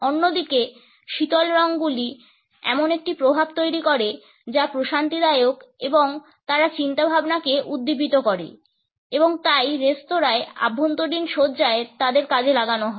অন্যদিকে শীতল রঙগুলি এমন একটি প্রভাব তৈরি করে যা প্রশান্তিদায়ক এবং তারা চিন্তাভাবনাকে উদ্দীপিত করে এবং তাই রেস্তোরাঁর অভ্যন্তরীণ সজ্জায় তাদের কাজে লাগানো হয়